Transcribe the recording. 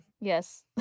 Yes